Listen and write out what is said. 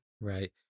right